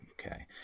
Okay